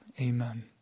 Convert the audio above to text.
amen